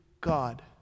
God